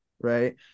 Right